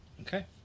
Okay